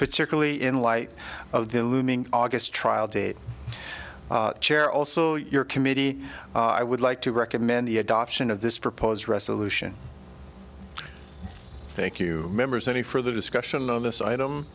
particularly in light of the looming august trial date chair also your committee i would like to recommend the adoption of this proposed resolution thank you members any further discussion on this item